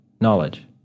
knowledge